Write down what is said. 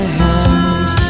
hands